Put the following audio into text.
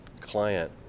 client